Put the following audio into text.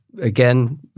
again